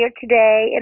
today